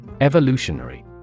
Evolutionary